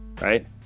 right